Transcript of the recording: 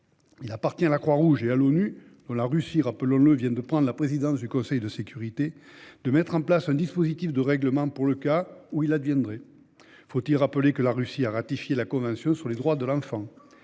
Il appartient à la Croix-Rouge et à l'ONU, dont la Russie, rappelons-le, vient de prendre la présidence du Conseil de sécurité, de mettre en place un dispositif de règlement pour le cas où celui-ci deviendrait possible. Faut-il rappeler que la Russie a ratifié la convention relative aux droits de l'enfant ?